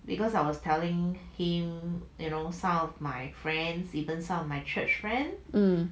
um